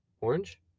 Orange